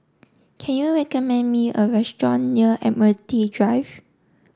can you recommend me a restaurant near Admiralty Drive